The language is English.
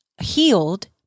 healed